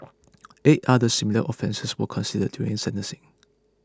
eight other similar offences were considered during sentencing